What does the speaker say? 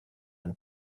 and